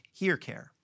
HearCare